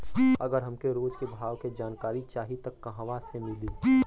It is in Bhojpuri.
अगर हमके रोज के भाव के जानकारी चाही त कहवा से मिली?